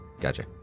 Gotcha